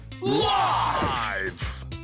live